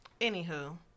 anywho